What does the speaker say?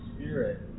spirit